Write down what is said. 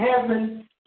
heaven